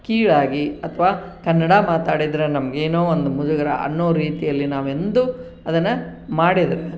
ಕೀಳಾಗಿ ಅಥವಾ ಕನ್ನಡ ಮಾತಾಡಿದ್ರೆ ನಮ್ಗೇನೊ ಒಂದು ಮುಜುಗರ ಅನ್ನೋ ರೀತಿಯಲ್ಲಿ ನಾವೆಂದು ಅದನ್ನು ಮಾಡಿದರೆ